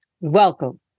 welcome